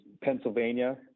Pennsylvania